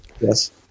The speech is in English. Yes